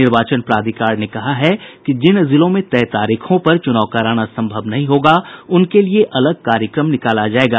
निर्वाचन प्राधिकार ने कहा है कि जिन जिलों में तय तारीखों पर चुनाव कराना सम्भव नहीं होगा उनके लिए अलग कार्यक्रम निकाला जायेगा